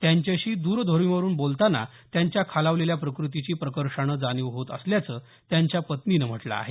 त्यांच्याशी द्रध्वनीवरून बोलताना त्यांच्या खालावलेल्या प्रकृतीची प्रकर्षानं जाणीव होत असल्याचं त्यांच्या पत्नीनं म्हटलं आहे